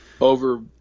over